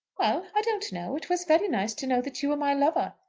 well i don't know. it was very nice to know that you were my lover.